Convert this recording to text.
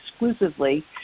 exclusively